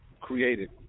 created